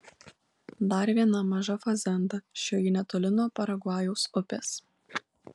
dar viena maža fazenda šioji netoli nuo paragvajaus upės